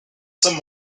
some